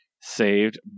Saved